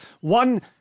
One